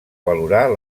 valorar